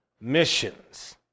missions